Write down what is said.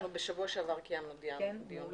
בשבוע שעבר קיימנו דיון בנושא.